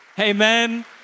Amen